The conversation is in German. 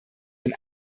ein